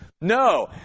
No